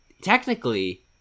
technically